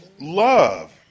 love